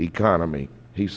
economy he